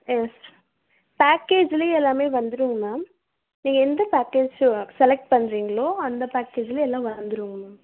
S பேக்கேஜ்லே எல்லாமே வந்துடுங்க மேம் நீங்கள் எந்த பேக்கேஜ் செ செலக்ட் பண்ணுறிங்களோ அந்த பேக்கேஜ்லயே எல்லாம் வந்துடுங்க மேம்